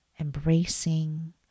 embracing